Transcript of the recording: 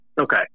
okay